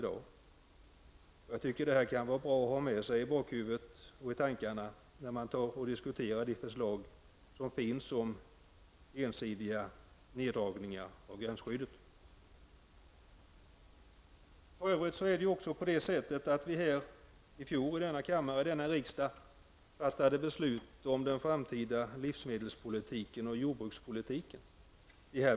Det kan vara bra att hålla i bakhuvudet när man diskuterar förslagen om ensidiga neddragningar av gränsskyddet. Vi fattade i fjol i denna kammare beslut om den framtida livsmedelspolitiken och jordbrukspolitiken.